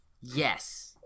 yes